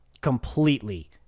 completely